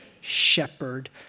shepherd